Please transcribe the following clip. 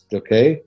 okay